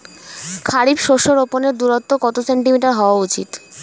খারিফ শস্য রোপনের দূরত্ব কত সেন্টিমিটার হওয়া উচিৎ?